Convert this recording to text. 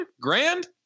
grand